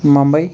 Mumbai